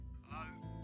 Hello